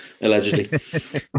allegedly